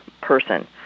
person